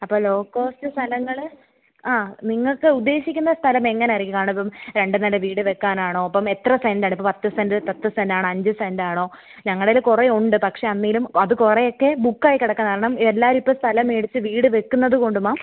അപ്പോൾ low cost സ്ഥലങ്ങൾ ആ നിങ്ങൾക്ക് ഉദ്ദേശിക്കുന്ന സ്ഥലം എങ്ങനെ ആയിരിക്കണം കാരണം ഇപ്പം രണ്ട് നില വീട് വയ്ക്കാനാണോ അപ്പം എത്ര സെൻറ് ആണിപ്പോൾ പത്ത് സെൻറ് പത്ത് സെൻറ് ആണോ അഞ്ച് സെൻറ് ആണോ ഞങ്ങളെ കയ്യിൽ കുറേ ഉണ്ട് പക്ഷേ എന്നാലും അത് കുറേ ഒക്കെ ബുക്ക് ആയി കിടക്കുവാണ് കാരണം എല്ലാവരും ഇപ്പോൾ സ്ഥലം മേടിച്ച് വീട് വയ്ക്കുന്നത് കൊണ്ട് മാം